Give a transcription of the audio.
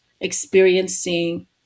experiencing